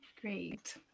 Great